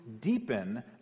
deepen